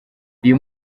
uyu